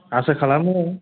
आसा खालामो